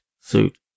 Suit